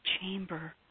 chamber